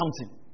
counting